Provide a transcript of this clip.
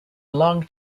long